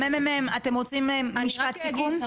מריה, אתם רוצים משפט סיכום?